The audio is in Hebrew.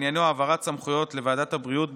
עניינו העברת סמכויות לוועדת הבריאות,